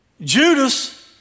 Judas